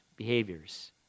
behaviors